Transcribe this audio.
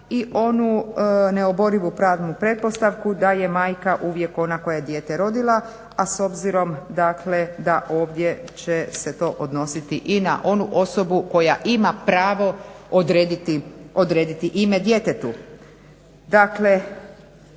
i onu neoborivu pravnu pretpostavku da je majka uvijek ona koja je dijete rodila, a s obzirom dakle, da ovdje će se to odnositi i na onu osobu koja ima pravo odrediti ime djetetu.